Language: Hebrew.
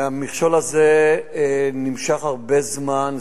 הקמת המכשול הזה נמשכה הרבה זמן,